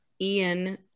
ian